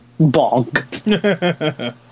Bonk